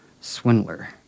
swindler